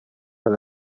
del